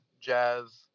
jazz